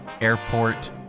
Airport